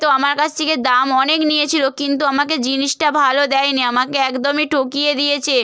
তো আমার কাছ থেকে দাম অনেক নিয়েছিল কিন্তু আমাকে জিনিসটা ভালো দেয়নি আমাকে একদমই ঠকিয়ে দিয়েছে